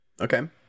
Okay